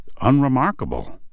unremarkable